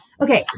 Okay